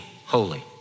holy